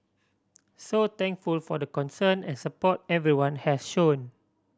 so thankful for the concern and support everyone has shown